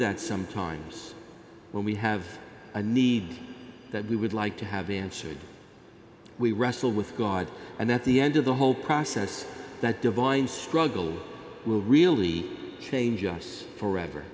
that sometimes when we have a need that we would like to have answered we wrestle with god and that the end of the whole process that divine struggle will really change us forever